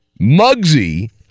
Mugsy